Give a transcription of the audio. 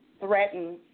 threaten